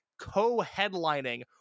co-headlining